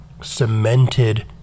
cemented